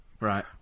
Right